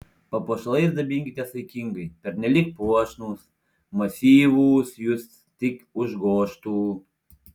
papuošalais dabinkitės saikingai pernelyg puošnūs masyvūs jus tik užgožtų